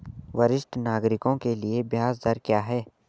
वरिष्ठ नागरिकों के लिए ब्याज दर क्या हैं?